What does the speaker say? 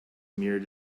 mere